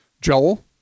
joel